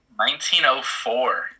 1904